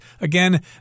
again